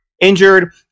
injured